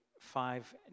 five